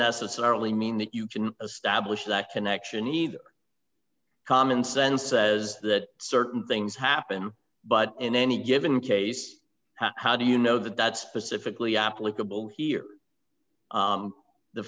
necessarily mean that you can establish that connection either common sense says that certain things happen but in any given case how do you know that specifically applicable here